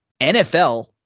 NFL